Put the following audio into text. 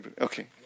Okay